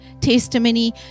testimony